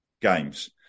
games